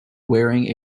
wearing